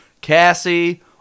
Cassie